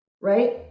right